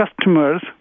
customers